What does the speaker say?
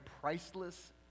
priceless